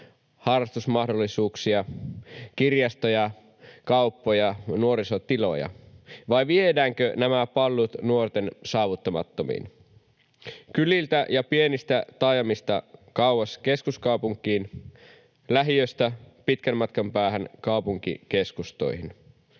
harrastusmahdollisuuksia, kirjastoja, kauppoja ja nuorisotiloja? Vai viedäänkö nämä palvelut nuorten saavuttamattomiin kyliltä ja pienistä taajamista kauas keskuskaupunkiin, lähiöstä pitkän matkan päähän kaupunkikeskustoihin?